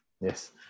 Yes